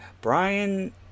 brian